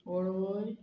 वळवय